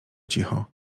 cicho